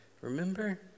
remember